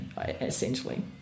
essentially